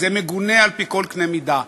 זה מגונה על פי כל קנה מידה,